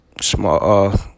small